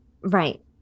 Right